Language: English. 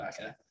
okay